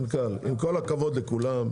עם כל הכבוד לכולם,